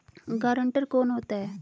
Guarantor कौन होता है?